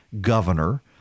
governor